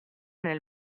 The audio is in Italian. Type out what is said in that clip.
nel